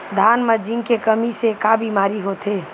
धान म जिंक के कमी से का बीमारी होथे?